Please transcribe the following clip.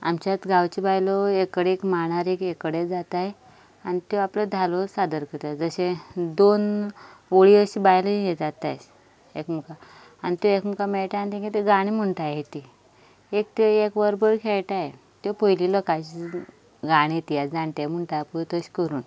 आमच्या आतां गांवच्यो बायलो एक कडेन मांडार एक कडेन जातात आनी त्यो आपल्यो धालो सादर करतात जशें दोन ओळी अशो बायलो हें जाता एकमेकांक आनी ते एकमेकांक मेळटात आनी तांचें तें गाणें म्हणटात तीं एक तें एक वरभर खेळटात त्यो पयली लोकांच्यो गाणी तीं आतां जाणटे म्हणटा पळय तशें करून